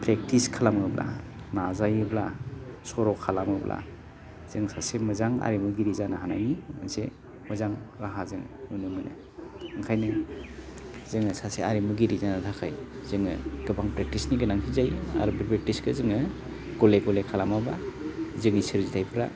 practice खालामोब्ला नाजायोब्ला sir' खालामोब्ला जों सासे मोजां आरिमुगिरि जानो हानायनि मोनसे मोजां राहा जों नुनो मोनो ओंखायनो जोङो सासे आरिमुगिरि जानो थाखाय जोङो गोबां प्रेकटिसनि गोनांथि जायो आरो बे प्रेकटिसखौ जोङो गले गले खालामोबा जोंनि सोरथाइफ्रा